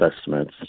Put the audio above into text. estimates